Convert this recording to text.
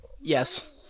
Yes